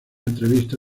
entrevista